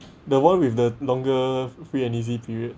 the one with the longer free and easy period